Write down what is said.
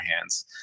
hands